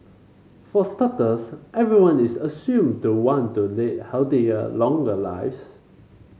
for starters everyone is assumed to want to lead healthier longer lives